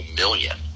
million